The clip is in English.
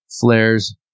flares